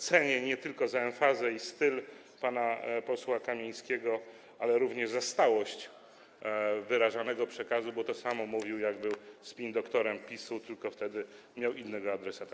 Cenię nie tylko za emfazę i styl pana posła Kamińskiego, ale również za stałość wyrażanego przekazu, bo to samo mówił, kiedy był spin doktorem PiS-u, tylko wtedy miał on innego adresata.